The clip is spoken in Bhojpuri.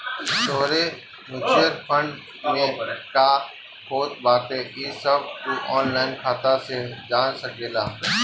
तोहरे म्यूच्यूअल फंड में का होत बाटे इ सब तू ऑनलाइन खाता से जान सकेला